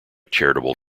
charitable